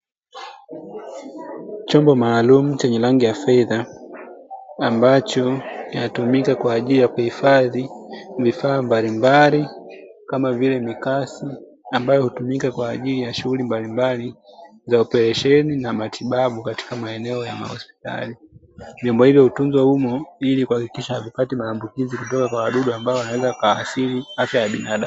Chombo maalumu chenye rangi ya fedha, ambacho kinatumika kwa ajili ya kuhifadhi vifaa mbalimbali kama vile mikasi; ambayo hutumika kwa ajili ya shughuli mbalimbali za oparesheni na matibabu katika maeneo ya mahospitali. Vyombo hivyo hutunzwa humo ili kuhakikisha havipati maambukizi kutoka kwa wadudu, ambao wanaweza wakaathiri afya ya binadamu.